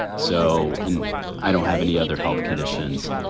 so and i don't have any other health conditions.